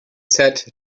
sat